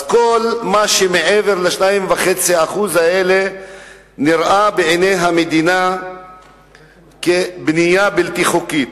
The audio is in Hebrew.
אז כל מה שמעבר ל-2.5% האלה נראה בעיני המדינה כבנייה בלתי חוקית.